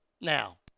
Now